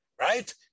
right